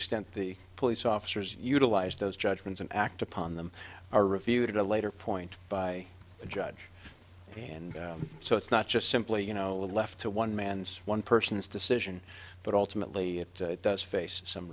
extent the police officers utilize those judgments and act upon them are reviewed at a later point by a judge and so it's not just simply you know left to one man's one person's decision but ultimately it does